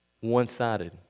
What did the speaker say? one-sided